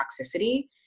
toxicity